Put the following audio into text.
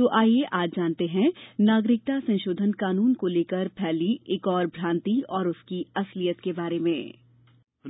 तो आईये आज जानते हैं नागरिकता संशोधन कानून को लेकर फैली एक और भ्रान्ति और उसकी असलियत के बारे में